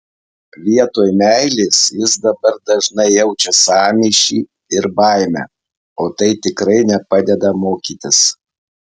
vietoj meilės jis dabar dažnai jaučia sąmyšį ir baimę o tai tikrai nepadeda mokytis